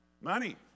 Money